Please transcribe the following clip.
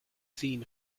seen